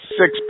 six